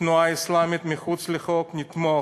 התנועה האסלאמית מחוץ לחוק, נתמוך.